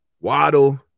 Waddle